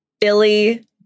Billy